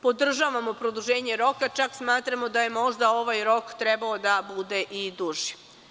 Podržavamo produženje roka, čak smatramo da je možda ovaj rok trebalo da bude i duži.